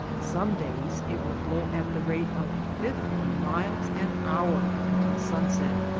some days it will blow at the rate of fifty miles an hour until sunset,